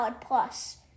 Plus